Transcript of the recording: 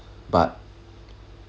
but